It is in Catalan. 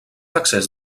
excés